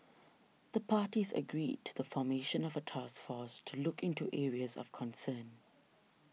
the parties agreed to the formation of a task force to look into areas of concern